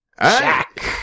Jack